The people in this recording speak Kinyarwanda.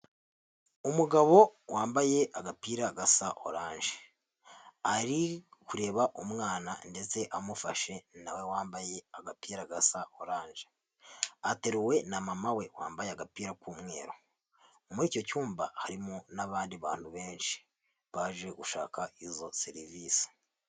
Umugabo wambaye agapira agasa oranje, ari kureba umwana ndetse amufashe nawe wambaye agapira oranje, ateruwe na mama we wambaye agapira k'umweru, muri icyo cyumba harimo n'abandi bantu benshi baje gushaka izo serivisi.